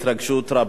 אני אנסה גם